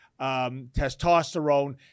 testosterone